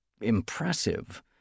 impressive